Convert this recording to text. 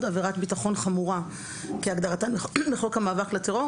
"עבירת ביטחון חמורה כהגדרתה בחוק המאבק לטרור."